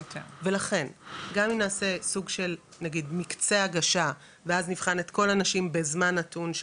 ולכן גם אם נעשה סוג של מקצה הגשה ואז נבחן את כל הנשים בזמן נתון,